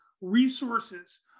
resources